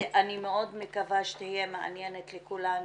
ואני מאוד מקווה שתהיה מעניינת לכולם,